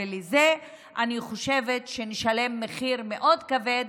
ואני חושבת שנשלם על זה מחיר מאוד כבד